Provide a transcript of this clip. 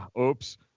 oops